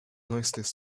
noiseless